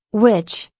which,